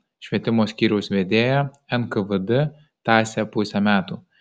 švietimo skyriaus vedėją nkvd tąsė pusę metų